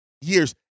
years